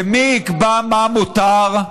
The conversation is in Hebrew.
ומי יקבע מה מותר?